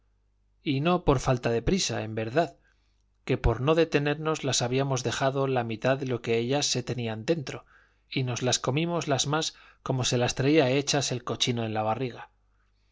y no por falta de prisa en verdad que por no detenernos las habíamos dejado la mitad de lo que ellas se tenían dentro y nos las comimos las más como se las traía hechas el cochino en la barriga